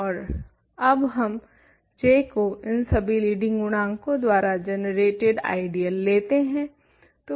ओर अब हम J को इन सभी लीडिंग गुणाकों द्वारा जनरेटेड आइडियल लेते हैं